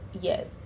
yes